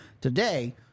today